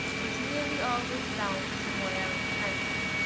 was nearly always down somewhere in the country.